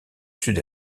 sud